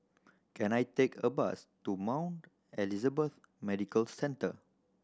can I take a bus to Mount Elizabeth Medical Centre